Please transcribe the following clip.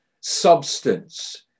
Substance